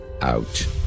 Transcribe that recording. out